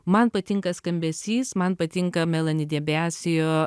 man patinka skambesys man patinka melani debiasio